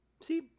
See